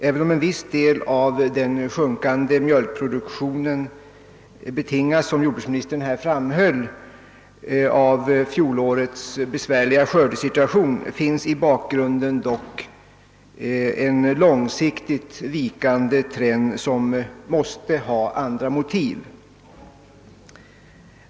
även om en viss del av den sjunkande mjölkproduktionen betingas — som jordbruksministern här framhöll — av fjolårets besvärliga skördesituation, finns dock i bakgrunden en långsiktigt vikande trend som måste ha andra motiv.